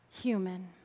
human